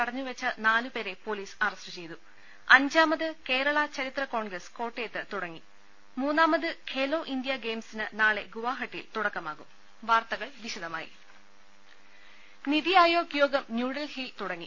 തടഞ്ഞുവെച്ച നാലുപേരെ police arrest ചെയ്തു അഞ്ചാമത് കേരള ചരിത്രകോൺഗ്രസ് കോട്ടയത്ത് തുടങ്ങി മൂന്നാമത് ഖേലോ ഇന്ത്യാ ഗെയിംസിന് നാളെ ഗ്വാഹട്ടി യിൽ തുടക്കമാകും വാർത്തകൾ വിശദമായി നിതി ആയോഗ് യോഗം ന്യൂഡൽഹിയിൽ തുടങ്ങി